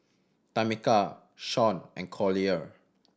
Tamica Shaun and Collier